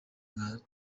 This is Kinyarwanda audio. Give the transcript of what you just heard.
nka